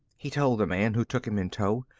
he told the man who took him in tow.